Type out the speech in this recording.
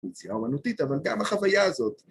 היצירה האמנותית, אבל גם החוויה הזאת.